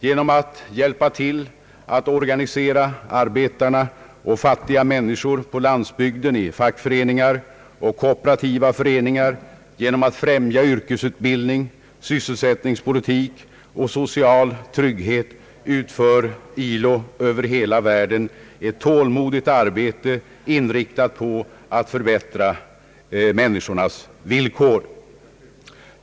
Genom att hjälpa till att organisera arbetarna och fattiga människor på landsbygden i fackföreningar och kooperativa föreningar, genom att främja yrkesutbildning, sysselsättningspolitik och social trygghet utför ILO över hela världen ett tålmodigt arbete inriktat på att förbättra människornas villkor.